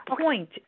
point